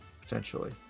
potentially